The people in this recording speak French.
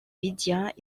médias